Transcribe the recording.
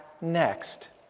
next